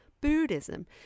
Buddhism